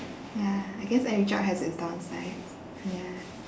ya I guess every job has its downsides ya